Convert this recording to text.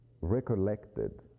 recollected